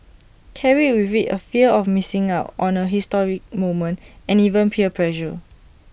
carried with IT A fear of missing out on A historic moment and even peer pressure